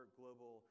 global